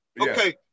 okay